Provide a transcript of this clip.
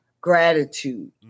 gratitude